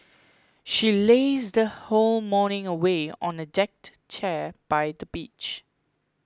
she lazed her whole morning away on a deck chair by the beach